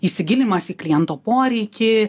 įsigilinimas į kliento poreikį